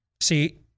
See